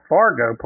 Fargo